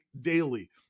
daily